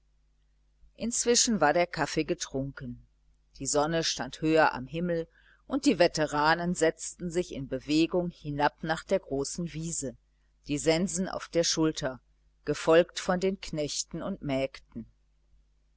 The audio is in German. inzwischen war der kaffee getrunken die sonne stand höher am himmel und die veteranen setzten sich in bewegung hinab nach der großen wiese die sensen auf der schulter gefolgt von den knechten und mägden